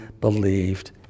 believed